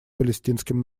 палестинским